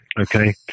Okay